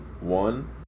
one